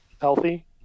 healthy